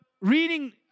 reading